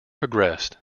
progressed